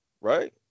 right